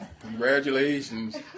Congratulations